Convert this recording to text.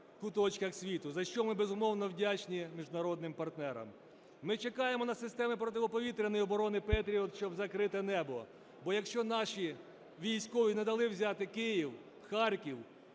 куточках світу, за що ми, безумовно, вдячні міжнародним партнерам. Ми чекаємо на системи протиповітряної оборони Patriot, щоб закрити небо. Бо якщо наші військові не дали взяти Київ, Харків,